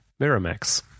Miramax